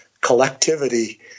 collectivity